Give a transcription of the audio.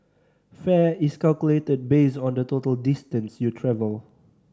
fare is calculated based on the total distance you travel